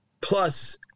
Plus